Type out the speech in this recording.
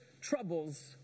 troubles